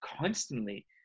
constantly